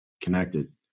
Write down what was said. connected